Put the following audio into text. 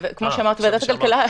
בוועדת הכלכלה,